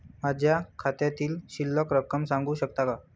माझ्या खात्यातील शिल्लक रक्कम सांगू शकता का?